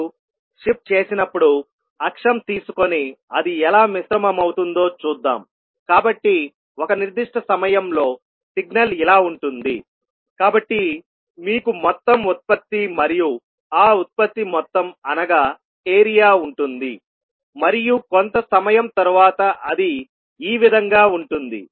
మీరు షిఫ్ట్ చేసినప్పుడు అక్షం తీసుకొని అది ఎలా మిశ్రమమవుతుందో చూద్దాంకాబట్టి ఒక నిర్దిష్ట సమయంలో సిగ్నల్ ఇలా ఉంటుంది కాబట్టి మీకు మొత్తం ఉత్పత్తి మరియు ఆ ఉత్పత్తి మొత్తం అనగా ఏరియా ఉంటుంది మరియు కొంత సమయం తర్వాత అది ఈ విధంగా ఉంటుంది